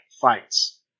Fights